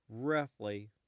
roughly